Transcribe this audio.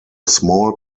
small